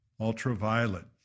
ultraviolet